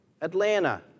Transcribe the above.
Atlanta